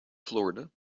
florida